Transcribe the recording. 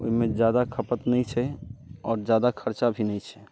ओहिमे ज्यादा खपत नहि छै आओर ज्यादा खर्चा भी नहि छै